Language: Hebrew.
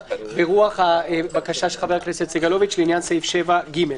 ברוח הבקשה של חבר הכנסת סגלוביץ' לעניין סעיף 7(ג).